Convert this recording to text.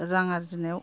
रां आरजिनायाव